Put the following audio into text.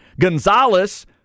Gonzalez